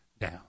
down